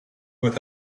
with